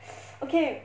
okay